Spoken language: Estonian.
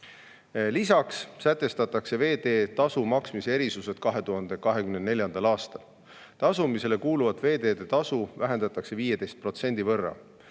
Lisaks sätestatakse veeteetasu maksmise erisused 2024. aastal. Tasumisele kuuluvat veeteede tasu vähendatakse 15% võrra.